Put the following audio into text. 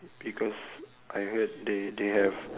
because I heard they they have